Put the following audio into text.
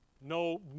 No